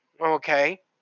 okay